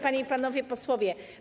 Panie i Panowie Posłowie!